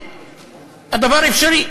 חודשיים שהדבר אפשרי